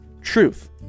truth